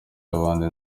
y’abandi